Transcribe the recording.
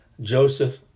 Joseph